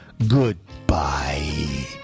Goodbye